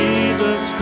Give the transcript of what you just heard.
Jesus